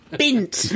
bint